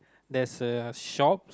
there's a shop